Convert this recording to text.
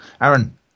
Aaron